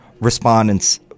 respondents